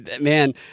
Man